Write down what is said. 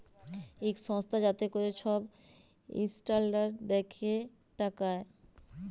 ইক সংস্থা যাতে ক্যরে ছব ইসট্যালডাড় দ্যাখে টাকার